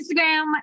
Instagram